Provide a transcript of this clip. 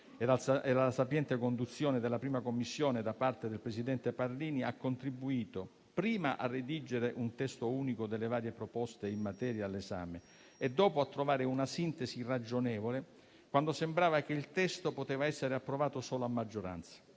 e alla sapiente conduzione della 1a Commissione da parte del presidente Parrini, si è contribuito prima a redigere un testo unico delle varie proposte in materia all'esame e dopo a trovare una sintesi ragionevole quando sembrava che il testo poteva essere approvato solo a maggioranza.